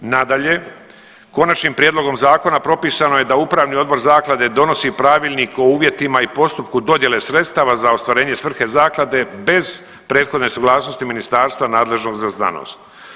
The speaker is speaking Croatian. Nadalje, konačnim prijedlogom zakona propisano je da upravni odbor zaklade donosi pravilnik o uvjetima i postupku dodjele sredstava za ostvarenje svrhe zaklade bez prethodne suglasnosti ministarstva nadležnog za znanost.